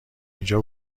اینجا